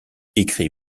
écrit